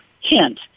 hint